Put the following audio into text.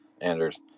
Anders